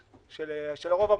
של הרוב המוחלט,